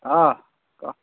অঁ ক